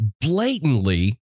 blatantly